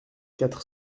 quatre